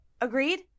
Agreed